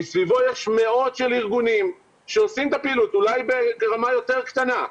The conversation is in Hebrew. מסביבו יש מאות של ארגונים שעושים את הארגונים אולי ברמה יותר קטנה.